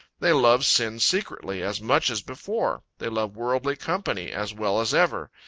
they love sin secretly, as much as before. they love worldly company as well as ever.